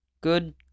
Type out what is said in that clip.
good